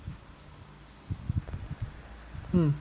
mm